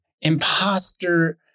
imposter